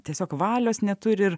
tiesiog valios neturi ir